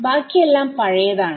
ബാക്കിയെല്ലാം പഴയതാണ്